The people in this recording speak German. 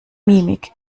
mimik